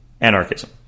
Anarchism